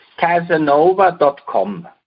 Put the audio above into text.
casanova.com